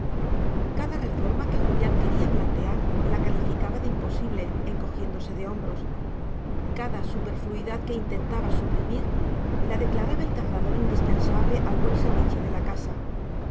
cada reforma que julián quería plantear la calificaba de imposible encogiéndose de hombros cada superfluidad que intentaba suprimir la declaraba el cazador indispensable al buen servicio de la casa